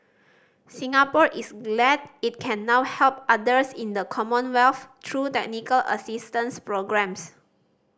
Singapore is glad it can now help others in the Commonwealth through technical assistance programmes